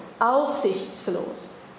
aussichtslos